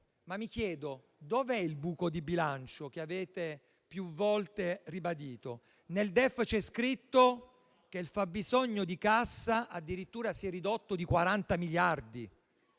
ma mi chiedo: dov'è il buco di bilancio che avete più volte ribadito? Nel DEF c'è scritto che il fabbisogno di cassa addirittura si è ridotto di 40 miliardi.